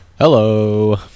Hello